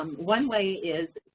um one way is,